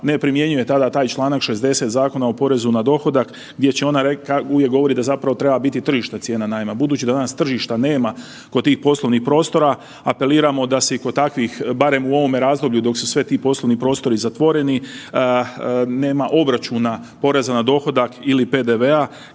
ne primjenjuje tada taj članak 60. Zakona o porezu na dohodak gdje će ona, uvijek govori da zapravo treba biti tržišna cijena najma, budući da danas tržišta kod tih poslovnih prostora, apeliramo da se i kod takvih barem u ovome razdoblju dok su sve ti poslovni prostori zatvoreni nema obračuna poreza na dohodak ili PDV-a